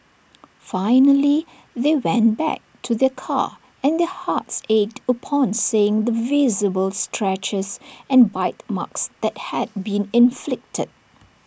finally they went back to their car and their hearts ached upon seeing the visible scratches and bite marks that had been inflicted